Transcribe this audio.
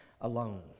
alone